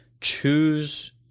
choose